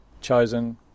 chosen